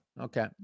Okay